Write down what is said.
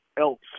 Else